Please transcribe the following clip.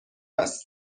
است